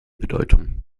bedeutung